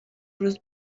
روز